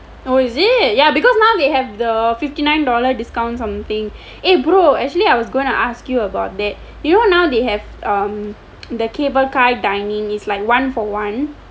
oh is it ya because now they have the fifty nine dollar discounts something eh bro actually I was gonna ask you about that you know they have um the cable car dining is like one for one